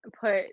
put